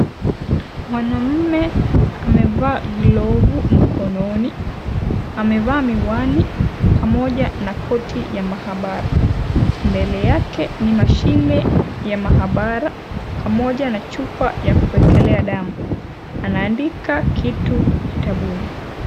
Mwanamme amevaa glavu mkononi amevaa miwani pamoja na koti ya maabara. Mbele yake ni mashine ya maabara, pamoja na chupa ya kuwekelea damu anaandika kitu kitabuni.